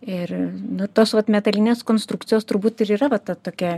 ir tos metalinės konstrukcijos turbūt ir yra va ta tokia